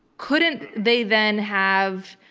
couldn't they then have,